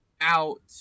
out